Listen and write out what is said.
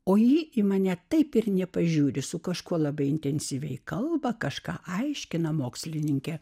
o ji į mane taip ir nepažiūri su kažkuo labai intensyviai kalba kažką aiškina mokslininkė